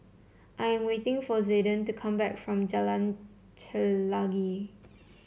I am waiting for Zayden to come back from Jalan Chelagi